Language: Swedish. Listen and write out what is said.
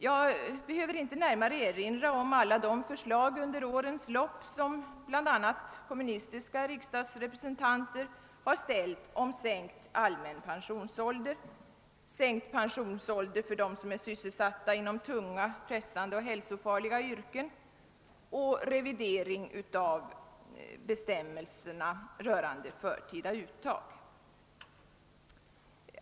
Jag behöver inte närmare erinra om alla de förslag som under årens lopp bl.a. kommunistiska riksdagsrepresentanter har framställt om en sänkning av den allmänna pensionsåldern, om sänkt pensionsålder för dem som är sysselsatta inom tunga, pressande och hälsofarliga yrken och om revidering av bestämmelserna rörande förtida uttag.